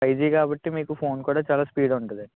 five G కాబట్టి మీకు phone కూడా చాలా స్పీడ్ ఉంటుంది